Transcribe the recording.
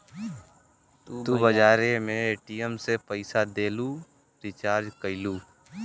तू बजारे मे ए.टी.एम से पइसा देलू, रीचार्ज कइलू